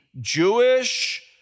Jewish